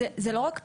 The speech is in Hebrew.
זה לא רק פרטני,